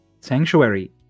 Sanctuary